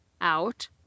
out